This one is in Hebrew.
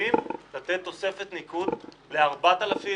המשפטים לתת תוספת ניקוד ל-4,000